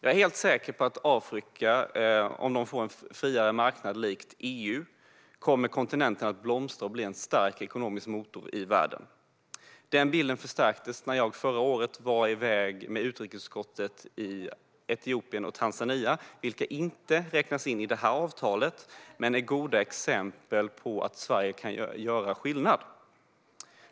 Jag är helt säker på att om Afrika får en friare marknad lik den i EU kommer kontinenten att blomstra och bli en stark ekonomisk motor i världen. Den bilden förstärktes när jag förra året var iväg med utrikesutskottet till Etiopien och Tanzania, vilka inte ingår i detta avtal men är goda exempel på att Sverige kan göra skillnad.